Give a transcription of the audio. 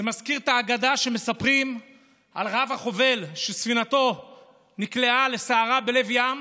זה מזכיר את האגדה שמספרים על רב-החובל שספינתו נקלעה לסערה בלב ים